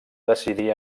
decidir